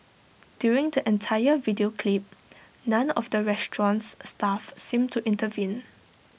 during the entire video clip none of the restaurant's staff seemed to intervene